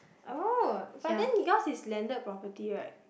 oh but then your got is landed property right